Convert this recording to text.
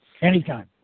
Anytime